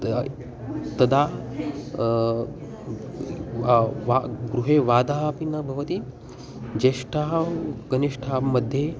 तदा तदा गृहे वा वा गृहे वादः अपि न भवति ज्येष्ठानां कनिष्ठानां मध्ये